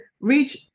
reach